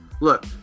look